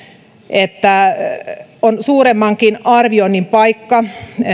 että on suuremmankin arvioinnin paikka